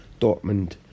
Dortmund